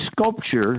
sculpture